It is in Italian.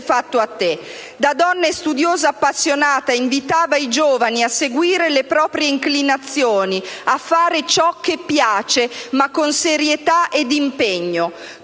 fatto a te». Da donna e studiosa appassionata invitava i giovani a seguire le proprie inclinazioni, a fare ciò che piace, ma con serietà ed impegno.